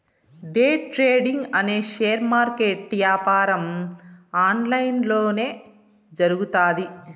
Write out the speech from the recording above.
day trading అనే share market యాపారం online లొనే జరుగుతాది